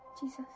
Jesus